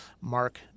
Mark